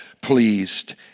pleased